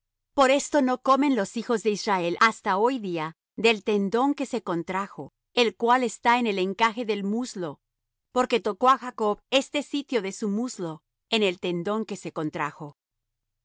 por esto no comen los hijos de israel hasta hoy día del tendón que se contrajo el cual está en el encaje del muslo porque tocó á jacob este sitio de su muslo en el tendón que se contrajo